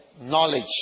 knowledge